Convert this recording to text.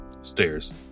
Stairs